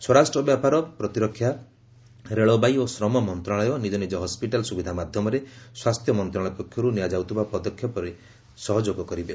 ସ୍ୱରାଷ୍ଟ୍ର ବ୍ୟାପାର ପ୍ରତିରକ୍ଷା ରେଳବାଇ ଓ ଶ୍ରମ ମନ୍ତ୍ରଣାଳୟ ନିଜ ନିଜ ହସ୍କିଟାଲ୍ ସୁବିଧା ମାଧ୍ୟମରେ ସ୍ୱାସ୍ଥ୍ୟ ମନ୍ତ୍ରଣାଳୟ ପକ୍ଷରୁ ନିଆଯାଉଥିବା ପଦକ୍ଷେପରେ ସହଯୋଗ କରିବେ